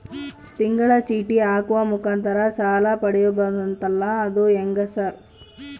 ತಿಂಗಳ ಚೇಟಿ ಹಾಕುವ ಮುಖಾಂತರ ಸಾಲ ಪಡಿಬಹುದಂತಲ ಅದು ಹೆಂಗ ಸರ್?